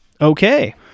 Okay